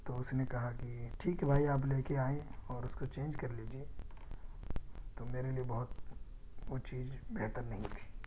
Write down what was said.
تو اس نے کہا کہ ٹھیک ہے بھائی آپ لے کے آئیں اور اس کو چینج کر لیجیے تو میرے لیے بہت وہ چیز بہتر نہیں تھی